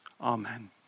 Amen